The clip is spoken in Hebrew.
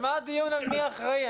אז מה הדיון על מי אחראי?